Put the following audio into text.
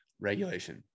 regulation